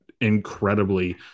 incredibly